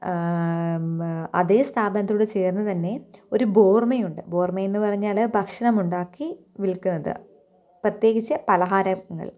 അതേ സ്ഥാപനത്തോട് ചേർന്ന് തന്നെ ഒരു ബോർമ്മയുണ്ട് ബോർമ്മയെന്നു പറഞ്ഞാല് ഭക്ഷണം ഉണ്ടാക്കി വിൽക്കുന്നത് പ്രത്യകിച്ച് പലഹാരങ്ങൾ